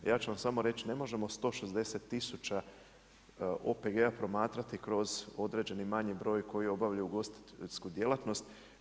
Ja ću vam samo reći ne možemo 160 tisuća OPG-a promatrati kroz određeni manji broj koji obavljaju ugostiteljsku djelatnost.